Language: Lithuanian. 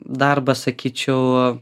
darbas sakyčiau